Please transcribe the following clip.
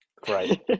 Great